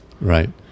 Right